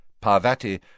Parvati